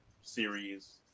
series